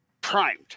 primed